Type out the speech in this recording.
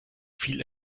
viel